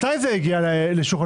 מתי זה הגיע לכנסת?